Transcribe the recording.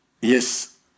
yes